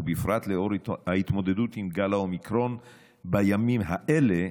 ובפרט לנוכח ההתמודדות עם גל האומיקרון בימים האלה,